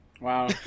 Wow